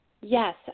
Yes